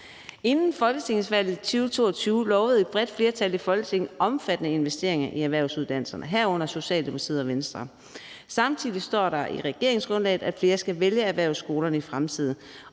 Inden folketingsvalget 2022 lovede et bredt flertal i Folketinget, herunder Socialdemokratiet og Venstre, omfattende investeringer i erhvervsuddannelserne. Samtidig står der i regeringsgrundlaget, at flere skal vælge erhvervsskolerne i fremtiden,